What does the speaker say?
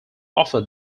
offer